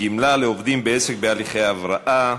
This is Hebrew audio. גמלה לעובדים בעסק בהליכי הבראה),